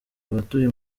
abatuye